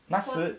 那时